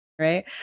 Right